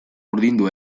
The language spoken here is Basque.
urdindu